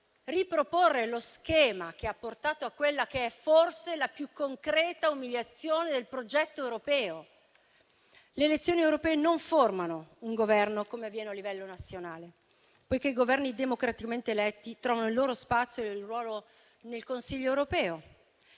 riproporre lo schema che ha portato a quella che è forse la più concreta umiliazione del progetto europeo? Le elezioni europee non formano un Governo, come avviene a livello nazionale, poiché i Governi democraticamente eletti trovano il loro spazio e il ruolo nel Consiglio europeo.